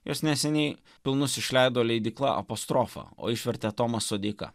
juos neseniai pilnus išleido leidykla apostrofa o išvertė tomas sodeika